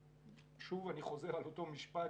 שוב אני חוזר על אותו משפט,